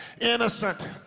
innocent